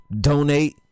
donate